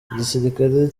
igisirikare